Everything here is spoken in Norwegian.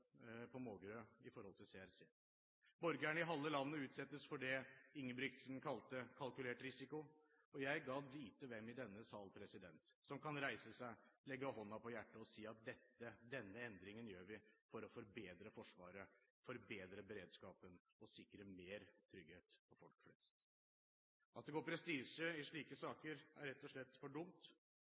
på Mågerø når det gjelder CRC. Borgerne i halve landet utsettes for det Ingebrigtsen kalte kalkulert risiko. Gad vite hvem i denne sal som kan reise seg, legge hånden på hjertet og si at denne endringen gjør vi for å forbedre Forsvaret, forbedre beredskapen og sikre mer trygghet for folk flest. At det går prestisje i slike saker, er rett og slett for dumt,